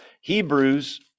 Hebrews